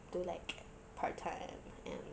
do like part time and